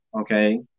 okay